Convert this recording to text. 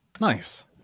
Nice